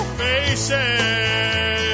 faces